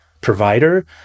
provider